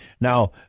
Now